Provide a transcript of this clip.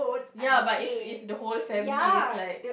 ya but if it's the whole family it's like